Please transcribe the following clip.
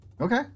Okay